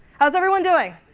how is everyone doing?